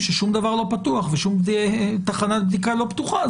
כששום דבר לא פתוח ושום תחנת בדיקה לא פתוחה,